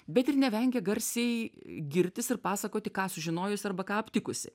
bet ir nevengė garsiai girtis ir pasakoti ką sužinojus arba ką aptikusi